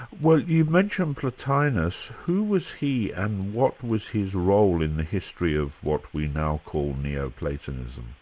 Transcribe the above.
well you've mentioned plotinus who was he and what was his role in the history of what we now call neo-platonism?